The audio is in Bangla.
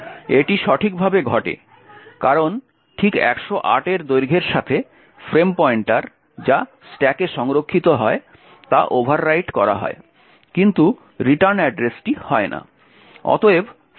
এটি সঠিকভাবে ঘটে কারণ ঠিক 108 এর দৈর্ঘ্যের সাথে ফ্রেম পয়েন্টার যা স্ট্যাকে সংরক্ষিত হয় তা ওভাররাইট করা হয় কিন্তু রিটার্ন অ্যাড্রেসটি হয় না